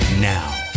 Now